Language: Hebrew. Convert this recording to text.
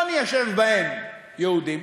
לא ניישב בהם יהודים,